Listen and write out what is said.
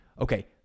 Okay